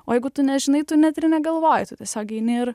o jeigu tu nežinai tu net ir negalvoji tu tiesiog eini ir